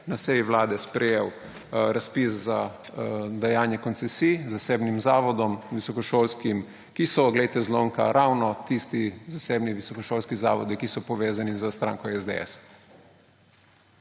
na seji Vlade sprejel razpis za dajanja koncesij zasebnim zavodom, visokošolskim, ki so, glejte zlomka, ravno tisti zasebni visokošolski zavodi, ki so povezani s stranko SDS.